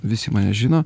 visi mane žino